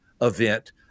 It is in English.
event